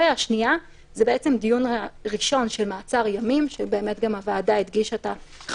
בעיקרון כל הסמכויות לגבי בתי